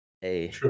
hey